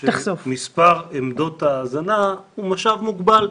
מספר עמדות ההאזנה הוא משאב מוגבל,